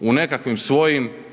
u nekakvim svojim